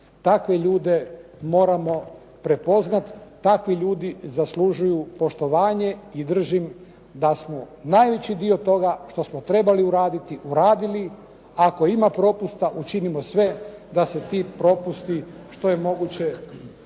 Takve ljude moramo prepoznati. Takvi ljudi zaslužuju poštovanje i držim da smo najveći dio toga što smo trebali uraditi uradili. Ako ima propusta učinimo sve da se ti propusti što je moguće